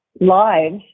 lives